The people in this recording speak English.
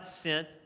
sent